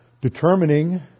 determining